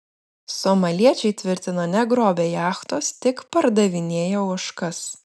somaliečiai tvirtina negrobę jachtos tik pardavinėję ožkas